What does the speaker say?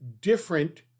different